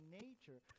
nature